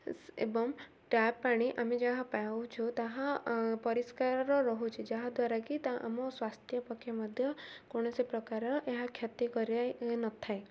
ଏବଂ ଟ୍ୟାପ୍ ପାଣି ଆମେ ଯାହା ପାଉଛୁ ତାହା ପରିଷ୍କାର ରହୁଛି ଯାହାଦ୍ୱାରା କି ତାହା ଆମ ସ୍ୱାସ୍ଥ୍ୟ ପକ୍ଷେ ମଧ୍ୟ କୌଣସି ପ୍ରକାର ଏହା କ୍ଷତି କରାଇ ନ ଥାଏ